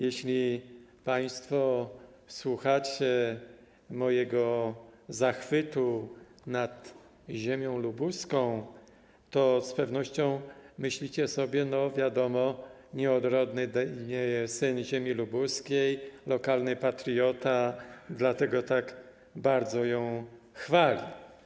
Jeśli państwo słuchacie mojego zachwytu nad ziemią lubuską, to z pewnością myślicie sobie: no wiadomo, nieodrodny syn ziemi lubuskiej, lokalny patriota, dlatego tak bardzo ją chwali.